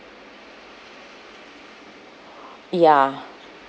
ya